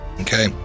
Okay